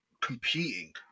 competing